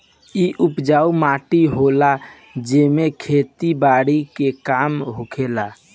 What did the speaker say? इ उपजाऊ माटी होला जेमे खेती बारी के काम होखेला